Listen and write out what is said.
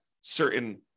certain